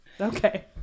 Okay